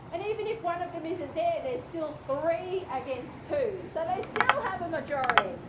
and even if one of them isn't there, there's still three against two so they still have a majority.